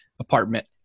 apartment